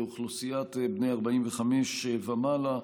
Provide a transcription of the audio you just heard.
אוכלוסיית בני ה-45 ומעלה,